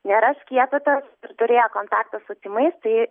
nėra skiepytas ir turėjo kontaktą su tymais tai